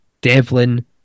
Devlin